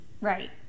Right